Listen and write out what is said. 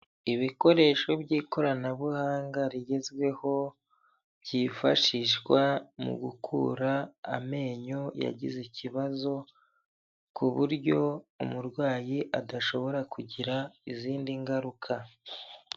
Ibikoresho by'ikoranabuhanga rigezweho byifashishwa mu gukura amenyo yagize ikibazo, ku buryo umurwayi adashobora kugira izindi ngaruka.